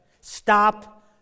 Stop